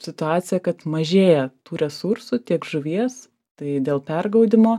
situacija kad mažėja tų resursų tiek žuvies tai dėl pergaudymo